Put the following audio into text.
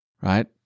Right